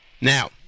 Now